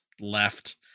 left